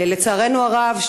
לצערנו הרב,